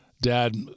Dad